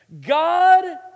God